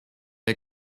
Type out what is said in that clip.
der